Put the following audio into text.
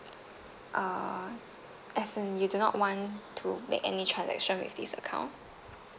uh as in you do not want to make any transaction with this account